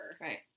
Right